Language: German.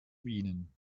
bienen